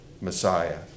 Messiah